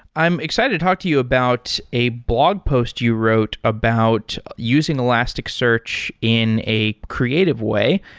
i'm excited to talk to you about a blog post you wrote about using elasticsearch in a creative way.